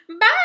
bye